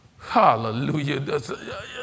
Hallelujah